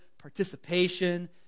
participation